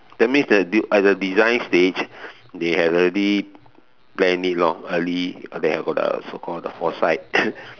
that means the at the design stage they had already planned it lor early they had the so called the foresight